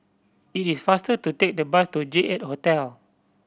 it is faster to take the bus to J Eight Hotel